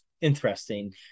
interesting